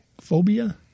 phobia